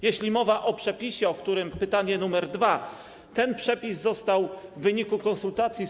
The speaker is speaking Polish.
Jeśli mowa o przepisie, którego dotyczyło pytanie nr 2, ten przepis został w wyniku konsultacji z